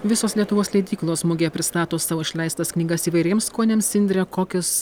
visos lietuvos leidyklos mugėje pristato savo išleistas knygas įvairiems skoniams indre kokias